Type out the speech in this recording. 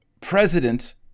president